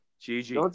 Gigi